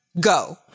go